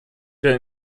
der